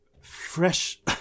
Fresh